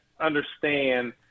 understand